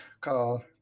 called